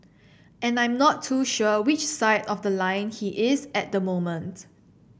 and I'm not too sure which side of the line he is at the moment